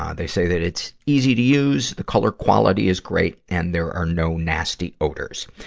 um they say that it's easy to use, the color quality is great, and there are no nasty odors.